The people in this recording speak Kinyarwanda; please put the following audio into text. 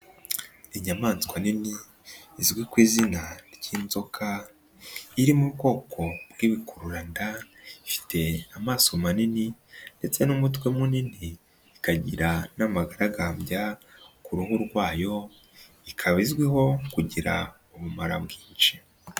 Inyamanswa nini izwi ku izina ry'inzoka, iri mu bwoko bw'ibikururanda, ifite amaso manini, ndetse n'umutwe munini ikagira n'amagaragambya ku ruhu rwayo, ikaba izwiho kugira ubumara bwinshi.